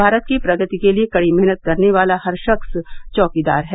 भारत की प्रगति के लिए कड़ी मेहनत करने वाला हर शख्स चौकीदार है